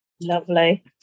lovely